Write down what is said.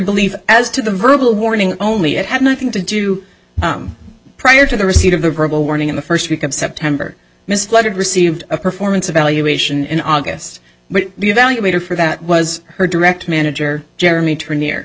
belief as to the verbal warning only it had nothing to do prior to the receipt of a verbal warning in the first week of september misled received a performance evaluation in august but the evaluator for that was her direct manager jeremy turn